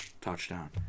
touchdown